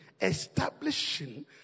establishing